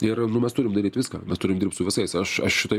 ir nu mes turim ir daryt viską mes turim dirbt su visais aš aš šitoj